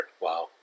Wow